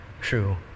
true